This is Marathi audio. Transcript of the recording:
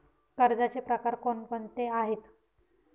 कर्जाचे प्रकार कोणकोणते आहेत?